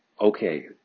okay